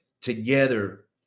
together